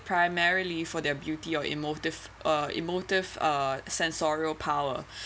primarily for their beauty or emotive uh emotive uh censorial power